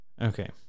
Okay